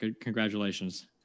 Congratulations